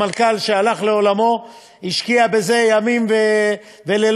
המנכ"ל שהלך לעולמו השקיע בזה ימים ולילות,